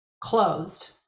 closed